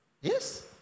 Yes